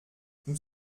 nous